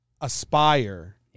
aspire